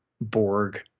borg